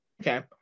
Okay